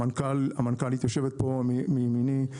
המנכ"לית יושבת פה מימיני,